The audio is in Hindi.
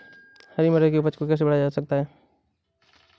हरी मटर की उपज को कैसे बढ़ाया जा सकता है?